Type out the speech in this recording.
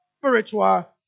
spiritual